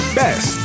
best